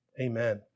amen